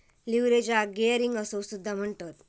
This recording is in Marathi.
लीव्हरेजाक गियरिंग असो सुद्धा म्हणतत